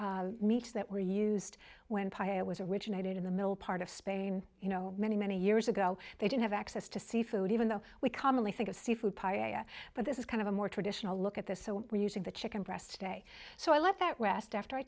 of meats that were used when pio was originated in the middle part of spain you know many many years ago they didn't have access to seafood even though we commonly think of seafood paella but this is kind of a more traditional look at this so we're using the chicken breast today so i let that rest after i